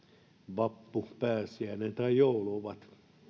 vappu pääsiäinen ja joulu ovat